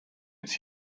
its